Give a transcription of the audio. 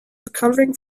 recovering